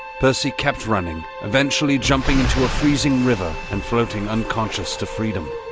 percy kept running, eventually jumping into a freezing river and floating unconscious to freedom.